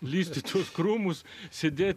lįsti į tuos krūmus sėdėti